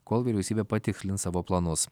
kol vyriausybė patikslins savo planus